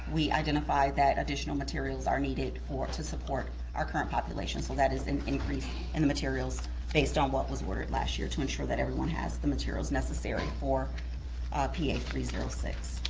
we identified that additional materials are needed to support our current population. so that is an increase in the materials based on what was ordered last year to ensure that everyone has the materials necessary for ah p a three zero six.